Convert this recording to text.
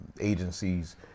agencies